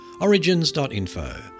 origins.info